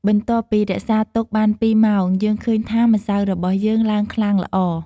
បន្ទាប់ពីរក្សាទុកបានពីរម៉ោង យើងឃើញថាម្សៅរបស់យើងឡើងខ្លាំងល្អ។